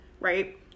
right